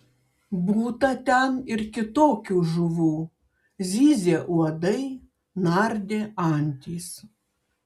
būta ten ir kitokių žuvų zyzė uodai nardė antys